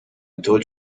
told